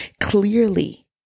clearly